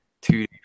two